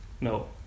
No